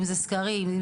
סקרים,